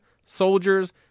soldiers